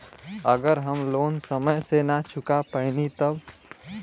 अगर हम लोन समय से ना चुका पैनी तब?